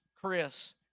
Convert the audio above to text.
Chris